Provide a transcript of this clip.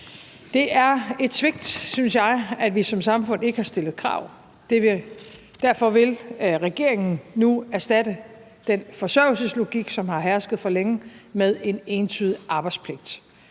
Det er et svigt, synes jeg, at vi som samfund ikke har stillet krav. Derfor vil regeringen nu erstatte den forsørgelseslogik, som har hersket for længe, med en entydig arbejdspligt.